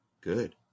Good